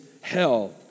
hell